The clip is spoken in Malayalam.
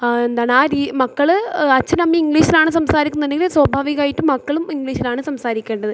എന്താണ് ആ രീ മക്കൾ അച്ഛനമ്മേം ഇംഗ്ലീഷ് ആണ് സംസാരിക്കുന്നുണ്ടേൽ സ്വാഭാവികമായിട്ടും മക്കളും ഇംഗ്ലീഷിലാണ് സംസാരിക്കേണ്ടത്